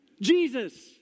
Jesus